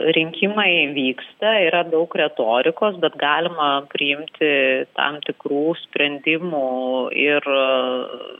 rinkimai vyksta yra daug retorikos bet galima priimti tam tikrų sprendimų ir